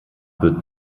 wird